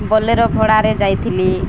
Bolero ଭଡ଼ାରେ ଯାଇଥିଲି